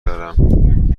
دارم